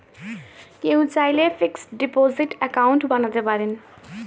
কেউ চাইলে fixed deposit account বানাতে পারেন